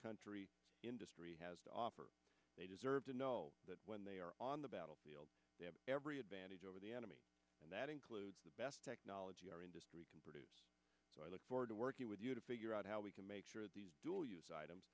country industry has to offer they deserve to know that when they are on the battlefield they have every advantage over the enemy and that includes the best technology our industry can produce so i look forward to working with you to figure out how we can make sure these dual use items